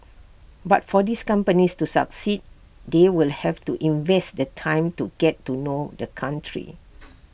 but for these companies to succeed they will have to invest the time to get to know the country